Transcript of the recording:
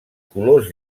colors